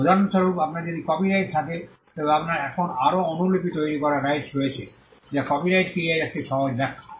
উদাহরণস্বরূপ আপনার যদি কপিরাইট থাকে তবে আপনার এখন আরও অনুলিপি তৈরি করার রাইটস রয়েছে যা কপিরাইট কী এর একটি সহজ ব্যাখ্যা